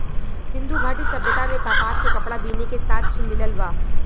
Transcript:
सिंधु घाटी सभ्यता में कपास के कपड़ा बीने के साक्ष्य मिलल बा